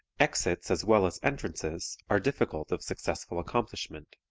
exits as well as entrances are difficult of successful accomplishment.